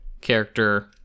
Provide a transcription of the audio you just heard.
character